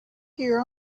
hear